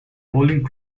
following